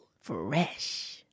Fresh